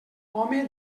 home